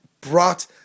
brought